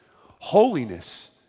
Holiness